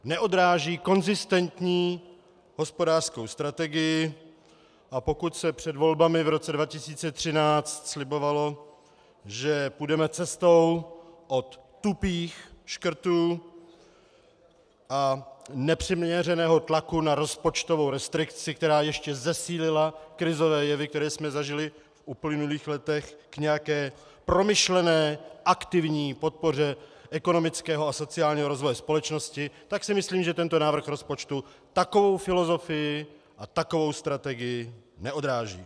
Neodráží konzistentní hospodářskou strategii, a pokud se před volbami v roce 2013 slibovalo, že půjdeme cestou od tupých škrtů a nepřiměřeného tlaku na rozpočtovou restrikci, která ještě zesílila krizové jevy, které jsme zažili v uplynulých letech, k nějaké promyšlené aktivní podpoře ekonomického a sociálního rozvoje společnosti, tak si myslím, že tento návrh rozpočtu takovou filozofii a takovou strategii neodráží.